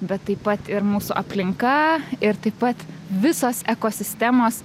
bet taip pat ir mūsų aplinka ir taip pat visos ekosistemos